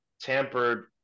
tampered